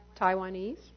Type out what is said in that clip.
Taiwanese